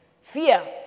Fear